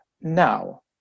Now